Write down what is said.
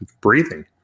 Breathing